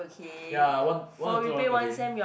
ya one one or two dollar per day